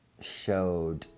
showed